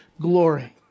glory